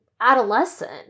adolescent